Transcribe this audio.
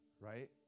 Right